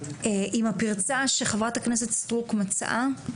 אם הפירצה שחברת הכנסת סטרוק מצאה,